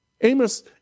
Amos